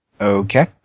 Okay